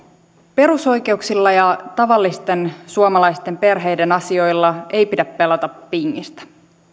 perusoikeuksilla ja tavallisten suomalaisten perheiden asioilla ei pidä pelata pingistä